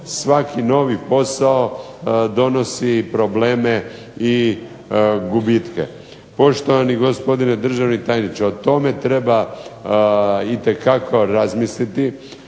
svaki novi posao donosi probleme i gubitke. Poštovani gospodine državni tajniče, o tome treba itekako razmisliti.